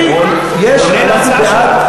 חברת הכנסת גלאון.